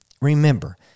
Remember